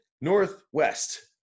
northwest